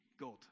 God